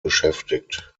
beschäftigt